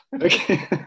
Okay